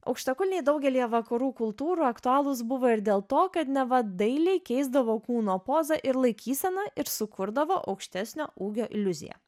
aukštakulniai daugelyje vakarų kultūrų aktualūs buvo ir dėl to kad neva dailiai keisdavo kūno pozą ir laikyseną ir sukurdavo aukštesnio ūgio iliuziją